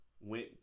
went